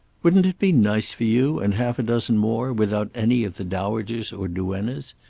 wouldn't it be nice for you and half a dozen more without any of the dowagers or duennas?